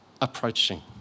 approaching